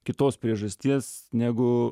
kitos priežasties negu